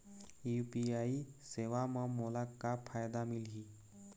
UPI सेवा म मोला का फायदा मिलही?